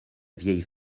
vieille